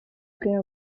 prima